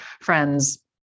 friends